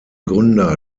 gründer